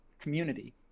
community